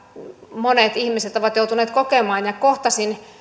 monet ihmiset ovat joutuneet kokemaan kohtasin